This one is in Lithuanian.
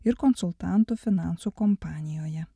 ir konsultantu finansų kompanijoje